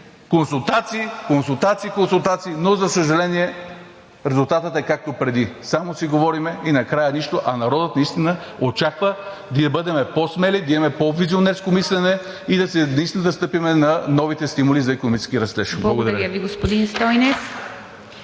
консултации, консултации, консултации, но, за съжаление, резултатът е, както преди – само си говорим и накрая нищо, а народът наистина очаква да бъдем по-смели, да имаме по визионерско мислене и наистина да стъпим на новите стимули за икономически растеж. Благодаря. ПРЕДСЕДАТЕЛ